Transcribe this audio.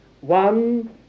One